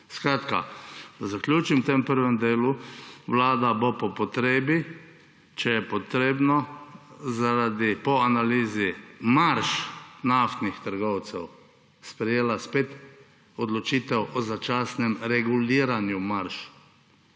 Skratka, da zaključim v tem prvem delu, Vlada bo po potrebi, če bo potrebno po analizi marž naftnih trgovcev, spet sprejela odločitev o začasnem reguliranju marž,